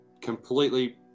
completely